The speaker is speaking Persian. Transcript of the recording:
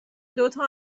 دوتا